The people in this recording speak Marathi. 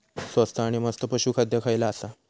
स्वस्त आणि मस्त पशू खाद्य खयला आसा?